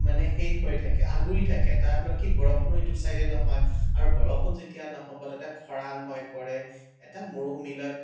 মানে সেই হৈ থাকে আগুৰি থাকে তাৰ ফলত বৰষুণো এইটো ছাইডে নহয় আৰু বৰষুণ যেতিয়া নহ'ব তেতিয়া খৰাং হৈ পৰে এটা মৰুভূমিলৈ